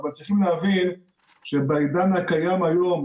אבל צריכים להבין שבעידן הקיים היום,